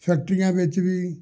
ਫੈਕਟਰੀਆਂ ਵਿੱਚ ਵੀ